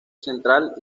central